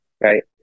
right